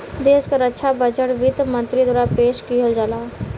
देश क रक्षा बजट वित्त मंत्री द्वारा पेश किहल जाला